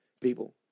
people